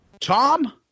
Tom